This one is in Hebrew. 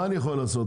מה אני יכול לעשות?